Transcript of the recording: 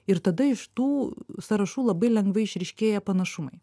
ir tada iš tų sąrašų labai lengvai išryškėja panašumai